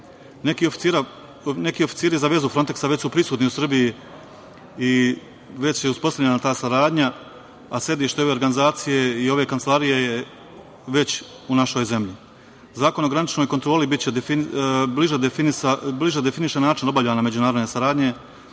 EU.Neki oficiri za vezu Fronteksa već su prisutni u Srbiji i već je uspostavljena ta saradnja, a sedište ove organizacije i ove kancelarije je već u našoj zemlji. Zakon o graničnoj kontroli bliže definiše način obavljanja međunarodne saradnje.